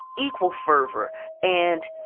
equal fervor and